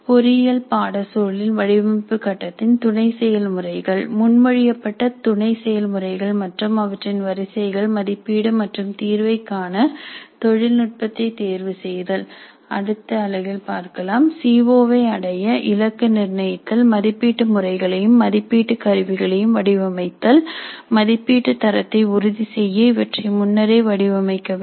பொறியியல் பாட சூழலில் வடிவமைப்பு கட்டத்தின் துணை செயல்முறைகள் முன்மொழியப்பட்ட துணை செயல்முறைகள் மற்றும் அவற்றின் வரிசைகள் மதிப்பீடு மற்றும் தீர்வை காண தொழில்நுட்பத்தை தேர்வு செய்தல் அடுத்த அலகில் பார்க்கலாம் சீ ஓ வை அடைய இலக்கு நிர்ணயித்தல் மதிப்பீட்டு முறைகளையும் மதிப்பீட்டு கருவிகளையும் வடிவமைத்தல் மதிப்பீட்டு தரத்தை உறுதி செய்ய இவற்றை முன்னரே வடிவமைக்க வேண்டும்